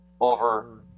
over